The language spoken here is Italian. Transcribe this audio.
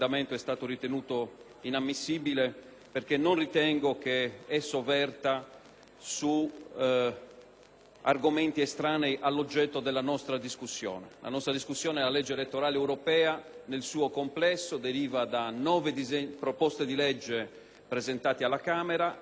La nostra discussione è sulla legge elettorale europea nel suo complesso e deriva da nove disegni di legge presentati alla Camera, ridotti certamente ad un intervento chirurgico dall'approvazione della Camera